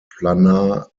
planar